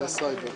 מי נגד?